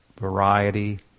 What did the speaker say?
variety